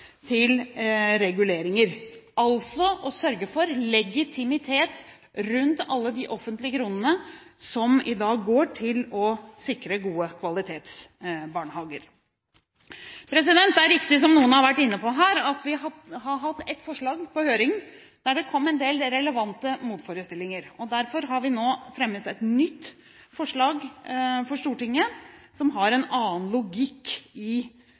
til reguleringer, altså å sørge for legitimitet rundt alle de offentlige kronene som i dag går til å sikre gode kvalitetsbarnehager. Det er riktig som noen har vært inne på her, at vi har hatt ett forslag på høring, der det kom en del relevante motforestillinger. Derfor har vi nå fremmet et nytt forslag for Stortinget som har en annen logikk i